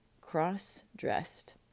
cross-dressed